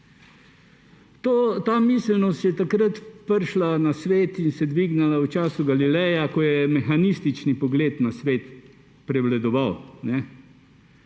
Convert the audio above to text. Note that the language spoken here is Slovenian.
Ta miselnost je takrat prišla na svet in se dvignila v času Galileja, ko je mehanistični pogled na svet prevladoval,